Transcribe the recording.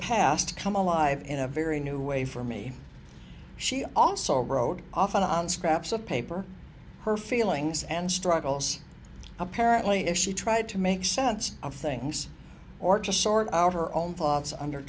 past come alive in a very new way for me she also rode often on scraps of paper her feelings and struggles apparently if she tried to make sense of things or to sort our own thoughts under